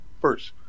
first